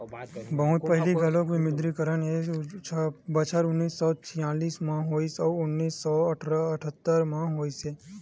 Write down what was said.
बहुत पहिली घलोक विमुद्रीकरन ह बछर उन्नीस सौ छियालिस म होइस अउ उन्नीस सौ अठत्तर म होइस हे